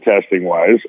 testing-wise